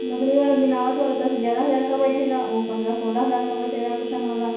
लकड़ी वाला बनावट वाला दस ग्यारह हज़ार का बैठेगा वो पन्द्रह सोलह हज़ार का बैठेगा कुशन वाला